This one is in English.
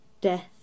death